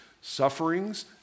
sufferings